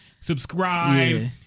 Subscribe